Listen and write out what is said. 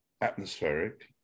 atmospheric